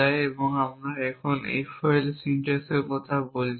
সুতরাং আমরা এখন FOL সিনট্যাক্সের কথা বলছি